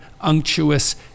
unctuous